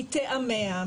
מטעמיה,